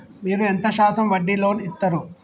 మీరు ఎంత శాతం వడ్డీ లోన్ ఇత్తరు?